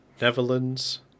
Netherlands